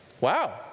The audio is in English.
Wow